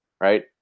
right